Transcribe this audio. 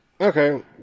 Okay